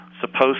supposed